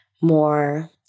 more